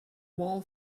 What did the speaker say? wall